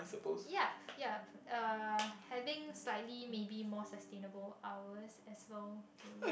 yup yup uh having slightly maybe more sustainable hours as long to